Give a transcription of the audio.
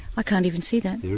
i can't even see that. there